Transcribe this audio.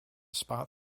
spot